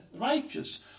righteous